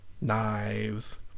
knives